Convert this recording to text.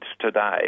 today